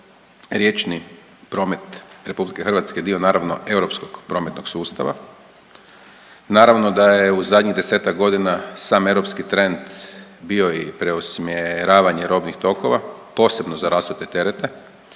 riječni promet RH dio naravno europskog prometnog sustava, naravno da je u zadnjih 10-tak godina sam europski trend bio i usmjeravanje robnih tokova, posebno za rasute terete